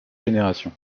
générations